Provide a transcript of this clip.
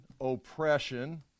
oppression